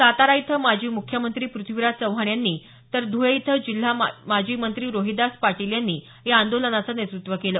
सातारा इथं माजी मुख्यमंत्री प्रथ्वीराज चव्हाण यांनी तर धुळे इथं जिल्हा माजी मंत्री रोहिदास पाटील यांनी या आंदोलनाचं नेतृत्व केलं